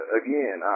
again